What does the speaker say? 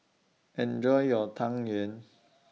Enjoy your Tang Yuen